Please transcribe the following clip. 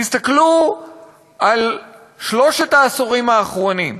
תסתכלו על שלושת העשורים האחרונים,